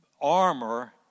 armor